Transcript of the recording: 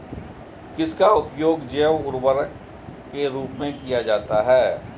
किसका उपयोग जैव उर्वरक के रूप में किया जाता है?